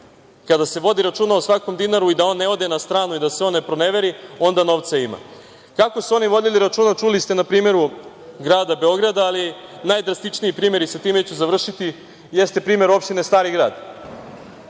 kada se vodi računa o svakom dinaru i da on ne ode na stranu i da se ne proneveri, onda novca ima. Kako su oni vodili računa, čuli ste na primeru grada Beograda, ali najdrastičniji primer je i sa time ću završiti, jeste primer opštine Stari Grad.